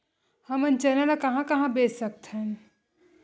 हमन चना ल कहां कहा बेच सकथन?